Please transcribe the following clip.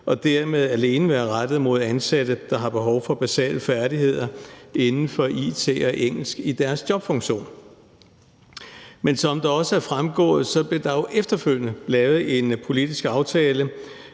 og dermed alene være rettet mod ansatte, der har behov for basale færdigheder inden for it og engelsk i deres jobfunktion. Men som det også er fremgået, blev der jo efterfølgende lavet en politisk aftale,